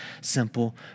simple